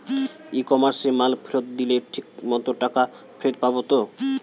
ই কমার্সে মাল ফেরত দিলে ঠিক মতো টাকা ফেরত পাব তো?